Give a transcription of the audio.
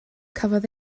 cafodd